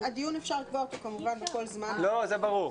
אפשר כמובן לקבוע בכל זמן נתון.